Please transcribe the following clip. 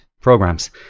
programs